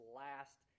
last